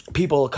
people